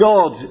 God